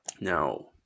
Now